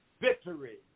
victory